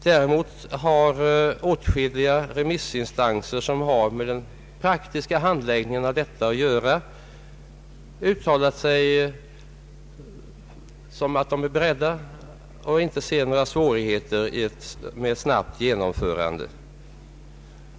Däremot har åtskilliga remissinstanser som har med den praktiska handläggningen att göra uttalat att de inte ser några svårigheter med ett snabbt genomförande.